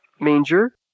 manger